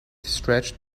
stretched